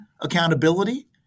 accountability